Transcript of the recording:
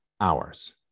hours